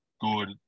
good